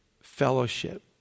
fellowship